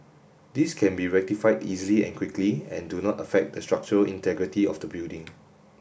these can be rectified easily and quickly and do not affect the structural integrity of the building